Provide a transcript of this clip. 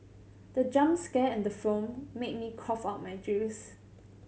the jump scare in the film made me cough out my juice